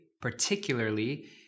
particularly